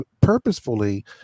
purposefully